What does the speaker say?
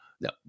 no